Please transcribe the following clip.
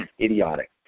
idiotic